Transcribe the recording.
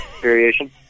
variation